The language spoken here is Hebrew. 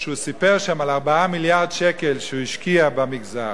כשהוא סיפר שם על 4 מיליארד שקל שהוא השקיע במגזר,